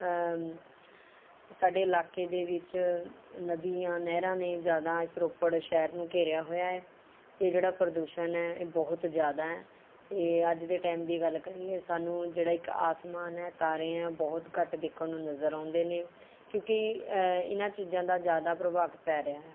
ਸਾਡੇ ਇਲਾਕੇ ਦੇ ਵਿੱਚ ਨਦੀਆਂ ਨਹਿਰਾਂ ਨੇ ਜ਼ਿਆਦਾ ਇਸ ਰੋਪੜ ਸ਼ਹਿਰ ਨੂੰ ਘੇਰਿਆ ਹੋਇਆ ਹੈ ਅਤੇ ਜਿਹੜਾ ਪ੍ਰਦੂਸ਼ਣ ਹੈ ਇਹ ਬਹੁਤ ਜ਼ਿਆਦਾ ਅਤੇ ਅੱਜ ਦੇ ਟਾਇਮ ਦੀ ਗੱਲ ਕਰੀਏ ਸਾਨੂੰ ਜਿਹੜਾ ਇੱਕ ਅਸਮਾਨ ਹੈ ਤਾਰੇ ਹੈ ਬਹੁਤ ਘੱਟ ਦੇਖਣ ਨੂੰ ਨਜ਼ਰ ਆਉਂਦੇ ਨੇ ਕਿਉਂਕਿ ਇਨ੍ਹਾਂ ਚੀਜ਼ਾਂ ਦਾ ਜ਼ਿਆਦਾ ਪ੍ਰਭਾਵ ਪੈ ਰਿਹਾ ਹੈ